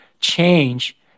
change